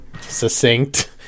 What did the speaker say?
succinct